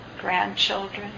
grandchildren